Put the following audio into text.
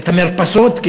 את המרפסות,